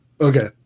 okay